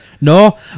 no